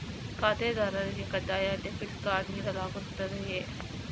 ಖಾತೆದಾರರಿಗೆ ಕಡ್ಡಾಯ debit card ನೀಡಲಾಗುತ್ತದೆಯೇ?